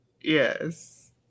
Yes